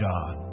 God